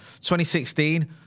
2016